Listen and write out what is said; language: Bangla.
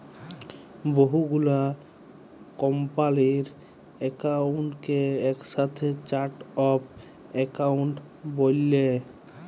বহু গুলা কম্পালির একাউন্টকে একসাথে চার্ট অফ একাউন্ট ব্যলে